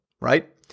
right